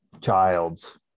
child's